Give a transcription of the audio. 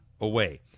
away